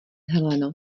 heleno